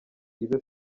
ibe